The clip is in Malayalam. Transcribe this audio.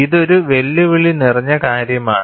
ഇതൊരു വെല്ലുവിളി നിറഞ്ഞ കാര്യമാണ്